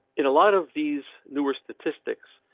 in a lot of these newer statistics,